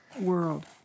world